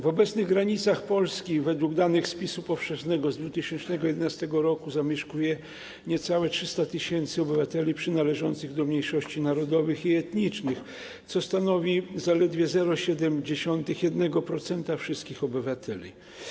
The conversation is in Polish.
W obecnych granicach Polski według danych spisu powszechnego z 2011 r. zamieszkuje niecałe 300 tys. obywateli przynależących do mniejszości narodowych i etnicznych, co stanowi zaledwie 0,7% wszystkich obywateli.